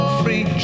free